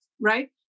right